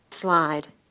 slide